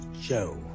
Joe